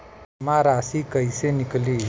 जमा राशि कइसे निकली?